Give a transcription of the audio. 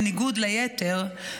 בניגוד ליתר,